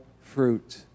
fruit